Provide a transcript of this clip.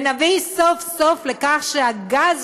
ונביא סוף-סוף לכך שהגז,